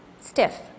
stiff